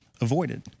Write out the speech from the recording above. avoided